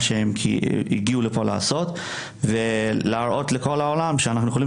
שלשמו הוא הגיע לכאן לעשות ולהראות לכל העולם שאנחנו יכולים